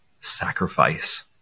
sacrifice